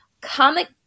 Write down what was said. comic